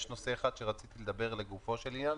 יש נושא אחד שרציתי לדבר לגופו של עניין,